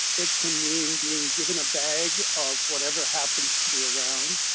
it can mean being given a bag of whatever happens to be around.